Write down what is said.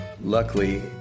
Luckily